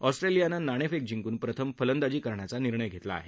ऑस्ट्रेलियानं नाणेफेक जिंकून प्रथम फलंदाजी करण्याचा निर्णय घेतला आहे